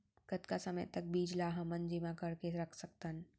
कतका समय तक बीज ला हमन जेमा करके रख सकथन?